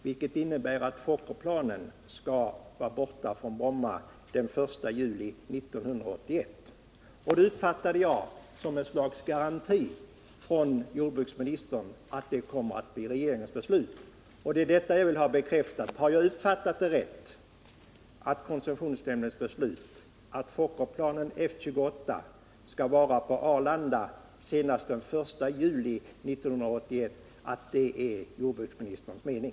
Det innebär att Fokkerplanen skall vara borta från Bromma fr.o.m. den 1 juli 1981. Jag uppfattade det som ett slags garanti från jordbruksministern för att det kommer att bli regeringens beslut. Vad jag vill ha bekräftat är alltså om det är rätt uppfattat att enligt koncessionsnämndens beslut trafiken med Fokkerplanen F-28 skall flyttas till Arlanda senast den 1 juli 1981. Är det jordbruksministerns mening?